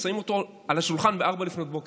שמים אותו על השולחן אתמול ב-04:00